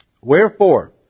Wherefore